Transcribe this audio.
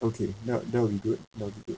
okay ya that will be good that will be good